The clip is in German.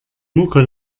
mucke